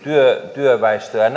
työväestö ja